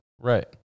right